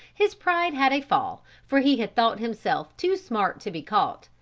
his pride had a fall, for he had thought himself too smart to be caught,